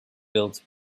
built